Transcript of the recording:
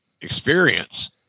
experience